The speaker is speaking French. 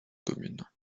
communes